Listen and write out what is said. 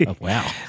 Wow